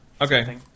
Okay